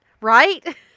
Right